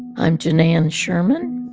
i'm janann sherman,